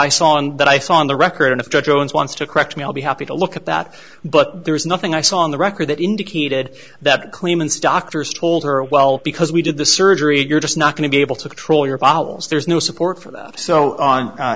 i saw and that i saw on the record of judge jones wants to correct me i'll be happy to look at that but there is nothing i saw on the record that indicated that claimants doctors told her well because we did the surgery you're just not going to be able to control your bottles there's no support for that so on